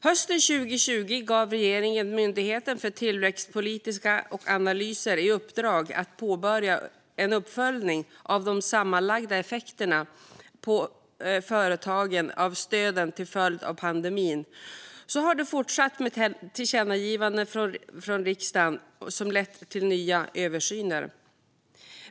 Hösten 2020 gav regeringen Myndigheten för tillväxtpolitiska analyser och utvärderingar i uppdrag att påbörja en uppföljning av de sammanlagda effekterna på företagen av de stöd som infördes till följd av pandemin. Så har det fortsatt, med tillkännagivanden från riksdagen som har lett till nya översyner.